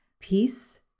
peace